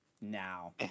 now